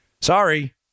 Sorry